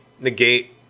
negate